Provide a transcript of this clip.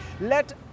Let